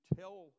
tell